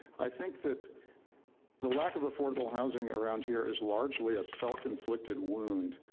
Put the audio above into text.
i think that the lack of affordable housing around here is largely a self-inflicted wound.